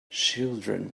children